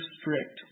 strict